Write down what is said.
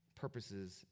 purposes